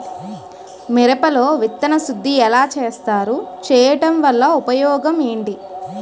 మిరప లో విత్తన శుద్ధి ఎలా చేస్తారు? చేయటం వల్ల ఉపయోగం ఏంటి?